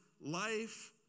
life